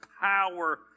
power